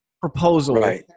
proposal